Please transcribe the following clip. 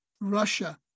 Russia